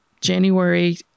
January